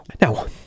Now